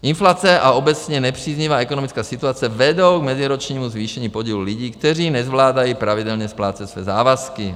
Inflace a obecně nepříznivá ekonomická situace vedou k meziročnímu zvýšení podílu lidí, kteří nezvládají pravidelně splácet své závazky.